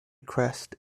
crest